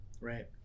Right